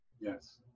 Yes